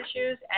issues